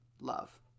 love